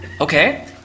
Okay